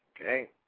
Okay